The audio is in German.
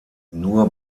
nur